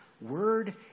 word